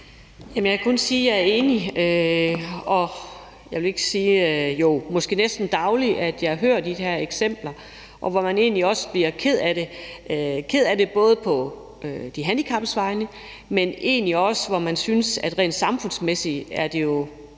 jeg kan kun sige, at jeg er enig. Og jeg vil sige, at jeg næsten dagligt hører de her eksempler, hvor man egentlig også bliver ked af det, både på de handicappedes vegne, men egentlig også, fordi man synes, at det rent samfundsmæssigt jo er dybt